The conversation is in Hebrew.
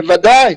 בוודאי.